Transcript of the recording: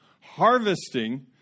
Harvesting